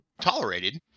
tolerated